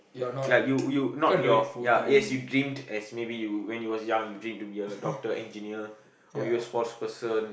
ya you you not your ya as you dreamt as maybe you when you was young you dream to be a doctor engineer or maybe a sports person